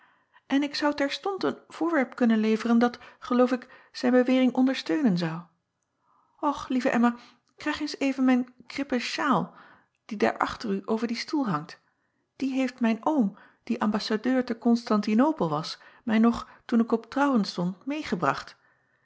en ik zou terstond een voorwerp kunnen leveren dat geloof ik zijn bewering ondersteunen zou ch lieve mma krijg eens even mijn krippen sjaal die daar achter u over dien stoel hangt dien heeft mijn oom die ambassadeur te onstantinopel was mij nog toen ik op trouwen stond meêgebracht